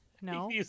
No